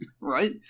Right